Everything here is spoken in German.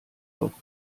auch